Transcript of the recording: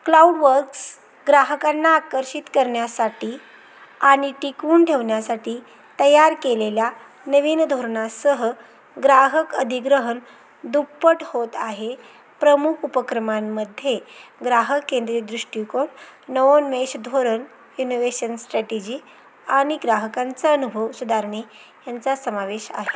CloudWorks ग्राहकांना आकर्षित करण्यासाठी आणि टिकवून ठेवण्यासाठी तयार केलेल्या नवीन धोरणासह ग्राहक अधिग्रहण दुप्पट होत आहे प्रमुख उपक्रमांमध्ये ग्राहक केंद्रित दृष्टिकोन नवोन्मेष धोरण इनोव्हेशन स्ट्रॅटेजी आणि ग्राहकांचा अनुभव सुधारणे यांचा समावेश आहे